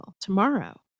tomorrow